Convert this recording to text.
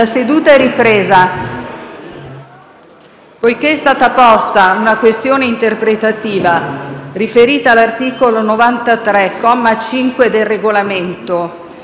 La seduta è ripresa. Poiché è stata posta una questione interpretativa riferita all'articolo 93, comma 5, del Regolamento,